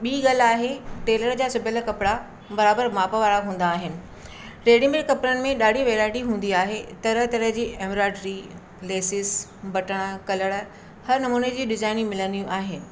ॿी ॻाल्ह आहे टेलर जा सुभियल कपिड़ा बराबरि माप वारा हूंदा आहिनि रेडीमेड कपिड़नि में ॾाढी वैराइटी हूंदी आहे तरह तरह जी एम्ब्रॉयडरी लेसिस बटण कलड़ हर नमूने जी डिज़ाइनियूं मिलंदियूं आहिनि